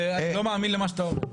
ואני לא מאמין למה שאתה אומר.